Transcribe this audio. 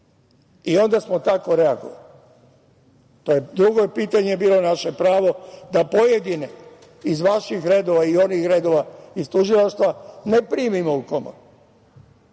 i onda smo tako reagovali. Drugo je pitanje bilo naše pravo da pojedine iz vaših redova i onih redova iz Tužilaštva ne primimo u komoru,